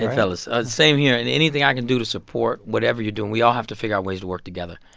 and fellas, ah same here. and anything i can do to support whatever you're doing, we all have to figure out ways to work together.